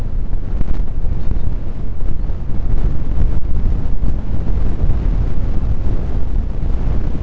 विशेषज्ञों के अनुसार, मादा भेंड़ एक से डेढ़ साल में प्रजनन के योग्य हो जाती है